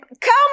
come